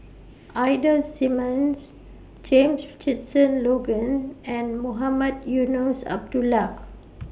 Ida Simmons James Richardson Logan and Mohamed Eunos Abdullah